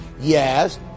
Yes